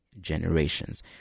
generations